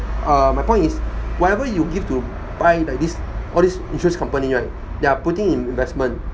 uh my point is whatever you give to buy like this all these insurance company right they're putting in investment